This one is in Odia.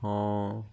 ହଁ